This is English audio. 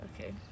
Okay